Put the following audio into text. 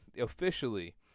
officially